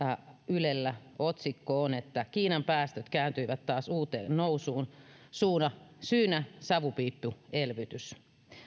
ylellä oli otsikko kiinan päästöt kääntyivät taas uuteen nousuun syynä savupiippuelvytys